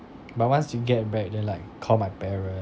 but once you get back then like call my parents